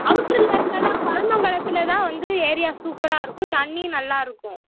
அவுட்ரில் இருந்தால்தான் கொலமங்கலத்தில் தான் வந்து ஏரியா சூப்பராக இருக்கும் தண்ணியும் நல்லா இருக்கும்